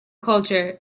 culture